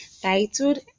titled